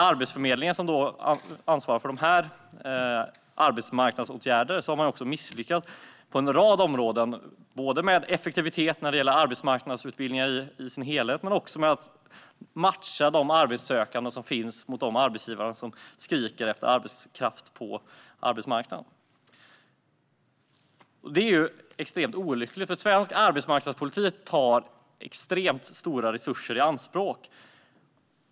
Arbetsförmedlingen ansvarar för de arbetsmarknadsåtgärder som har misslyckats på en rad områden. Det gäller effektivitet för arbetsmarknadsutbildningar i dess helhet och för att matcha de arbetssökande som finns mot de arbetsgivare som skriker efter arbetskraft. Det är extremt olyckligt. Svensk arbetsmarknadspolitik tar stora resurser i anspråk.